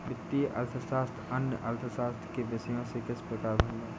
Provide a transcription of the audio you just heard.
वित्तीय अर्थशास्त्र अन्य अर्थशास्त्र के विषयों से किस प्रकार भिन्न है?